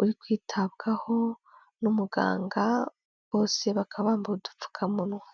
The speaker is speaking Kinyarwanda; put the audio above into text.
uri kwitabwaho n'umuganga bose bakaba bambaye udupfukamunwa.